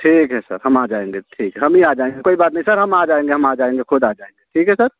ठीक है सर हम आ जाएंगे ठीक है हम ही आ जाएंगे कोई बात नहीं सर हम आ जाएंगे हम आ जाएंगे खुद आ जाएंगे ठीक है सर